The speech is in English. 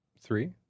Three